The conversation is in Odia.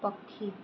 ପକ୍ଷୀ